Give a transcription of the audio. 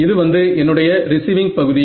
இது வந்து என்னுடைய ரிசீவிங் பகுதி